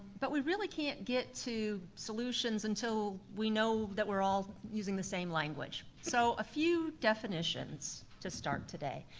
but we really can't get to solutions until we know that we're all using the same language. so a few definitions to start today.